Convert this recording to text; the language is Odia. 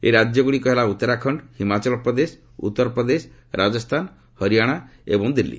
ଏହି ରାଜ୍ୟଗୁଡ଼ିକ ହେଲା ଉତ୍ତରାଖଣ୍ଡ ହିମାଚଳପ୍ରଦେଶ ଉତ୍ତରପ୍ରଦେଶ ରାଜସ୍ଥାନ ହରିୟାନା ଏବଂ ଦିଲ୍ଲୀ